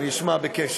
אני אשמע בקשב.